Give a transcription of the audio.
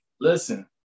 listen